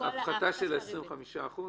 ההפחתה של ה-25%.